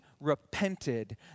repented